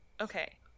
okay